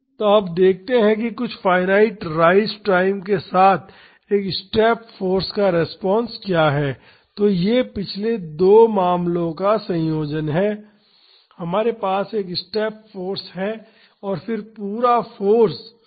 तो अब देखते हैं कि कुछ फाईनाईट राइज टाइम के साथ एक स्टेप फाॅर्स का रिस्पांस क्या है तो यह पिछले दो मामलों का संयोजन है हमारे पास एक स्टेप फाॅर्स है लेकिन अचानक फाॅर्स बढ़ाने के बजाय हमारे पास बीच में एक रैंप है